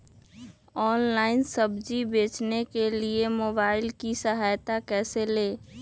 Online सब्जी बेचने के लिए मोबाईल की सहायता कैसे ले?